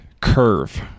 curve